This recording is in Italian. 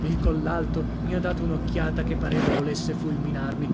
il collalto mi ha dato un'occhiata che pareva volesse fulminarmi